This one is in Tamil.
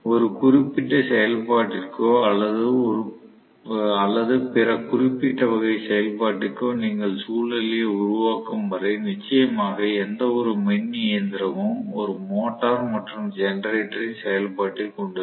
ஒரு குறிப்பிட்ட செயல்பாட்டிற்கோ அல்லது பிற குறிப்பிட்ட வகை செயல்பாட்டிற்கோ நீங்கள் சூழ்நிலையை உண்டாக்கும் வரை நிச்சயமாக எந்தவொரு மின் இயந்திரமும் ஒரு மோட்டார் மற்றும் ஜெனரேட்டரின் செயல்பாட்டைக் கொண்டிருக்கும்